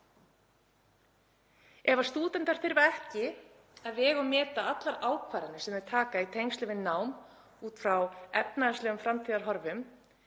Ef stúdentar þurfa ekki að vega og meta allar ákvarðanir sem þeir taka í tengslum við nám út frá efnahagslegum framtíðarhorfum